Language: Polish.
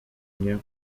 mnie